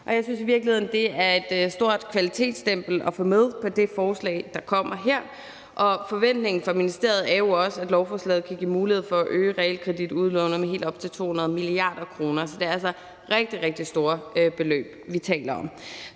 at det er et stort kvalitetsstempel at få med på det forslag, der kommer her, og forventningen fra ministeriets side er jo også, at lovforslaget kan give mulighed for at øge realkreditudlånet med helt op til 200 mia. kr. Så det er altså rigtig, rigtig store beløb, vi taler om.